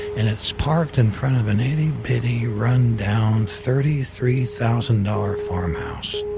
and it's parked in front of an itty bitty run-down thirty three thousand dollars farmhouse.